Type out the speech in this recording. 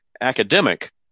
academic